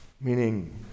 Meaning